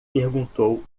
perguntou